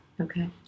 Okay